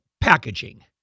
packaging